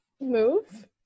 move